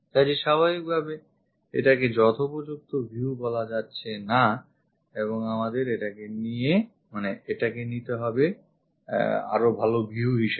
কাজেই স্বাভাবিকভাবে এটাকে যথোপযুক্ত view বলা যাচ্ছে না এবং আমাদের এটাকে নিতে হবে ভালো view হিসেবে